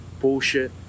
bullshit